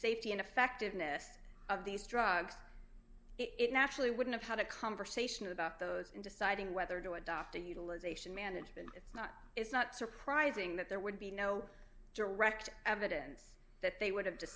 safety and effectiveness of these drugs it naturally wouldn't have had a conversation about those in deciding whether to adopt or utilization management it's not it's not surprising that there would be no direct evidence that they would have